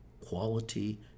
quality